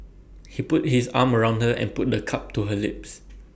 he put his arm around her and put the cup to her lips